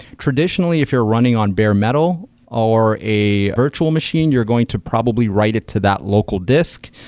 traditionally, if you're running on bare metal or a virtual machine, you're going to probably write it to that local disk,